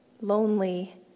lonely